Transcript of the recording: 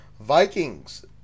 Vikings